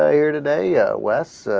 ah here today ah. west ah.